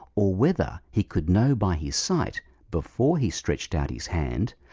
or whether he could know by his sight before he stretched out his hand,